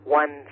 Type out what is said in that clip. one